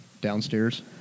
downstairs